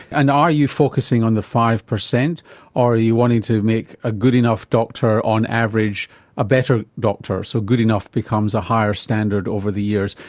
and are you focussing on the five percent or are you wanting to make a good enough doctor on average a better doctor. so good enough becomes a higher standard over the years,